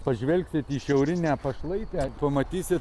pažvelgsit į šiaurinę pašlaitę pamatysit